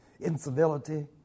incivility